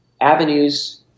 avenues